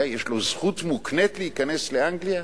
יש לו זכות מוקנית להיכנס לאנגליה?